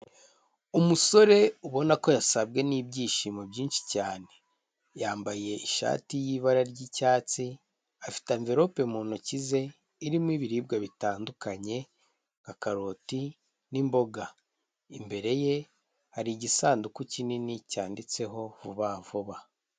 Umusore ubona ko yasabwe n'ibyishimo byinshi cyane, yambaye ishati y'ibara ry'icyatsi, afite amvirope mu ntoki ze irimo ibiribwa bitandukanye, nka karoti n'imboga, imbere ye hari igisanduku kinini cyanditseho vuba vuba.